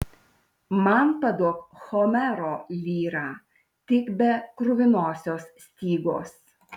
man paduok homero lyrą tik be kruvinosios stygos